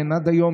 עד היום,